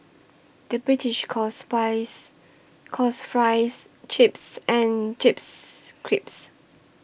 the British calls buys calls Fries Chips and Chips Crisps